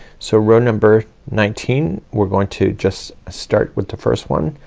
so row number nineteen we're going to just start with the first one.